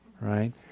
right